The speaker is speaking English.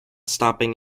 stopping